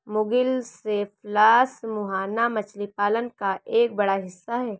मुगिल cephalus मुहाना मछली पालन का एक बड़ा हिस्सा है